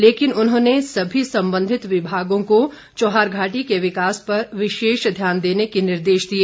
लेकिन उन्होंने सभी संबंधित विभागों को चौहारघाटी के विकास पर विशेष ध्यान देने के निर्देश दिए